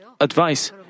advice